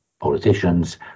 politicians